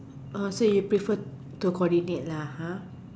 oh so you prefer to coordinate lah ha